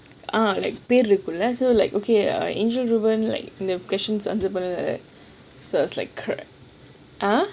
ah like பேரு இருக்கும்:pearu irukkum lah so it's like